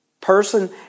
person